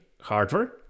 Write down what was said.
hardware